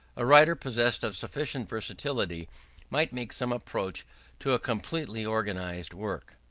a writer possessed of sufficient versatility might make some approach to a completely-organized work.